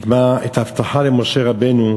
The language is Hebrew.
את ההבטחה למשה רבנו: